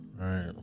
Right